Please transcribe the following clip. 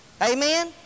Amen